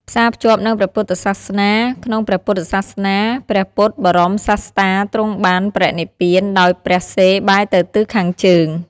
ផ្សារភ្ជាប់នឹងព្រះពុទ្ធសាសនា ក្នុងព្រះពុទ្ធសាសនា ព្រះពុទ្ធបរមសាស្តាទ្រង់បានបរិនិព្វានដោយព្រះសិរ្សបែរទៅទិសខាងជើង។